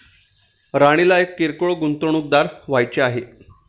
राणीला एक किरकोळ गुंतवणूकदार व्हायचे आहे